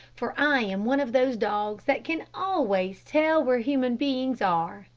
for i am one of those dogs that can always tell where human beings are.